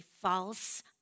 false